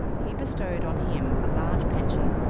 he bestowed on him a large pension,